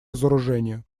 разоружению